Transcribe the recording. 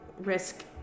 risk